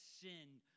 sinned